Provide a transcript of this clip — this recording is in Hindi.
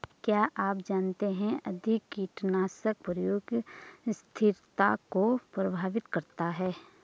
क्या आप जानते है अधिक कीटनाशक प्रयोग स्थिरता को प्रभावित करता है?